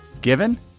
given